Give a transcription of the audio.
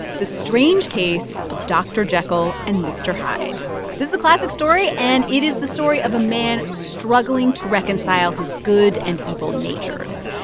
the strange case of dr. jekyll and mr. hyde this is a classic story, and it is the story of a man struggling to reconcile his good and evil natures.